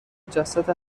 جسد